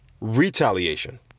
retaliation